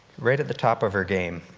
right at the top of her game.